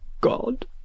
God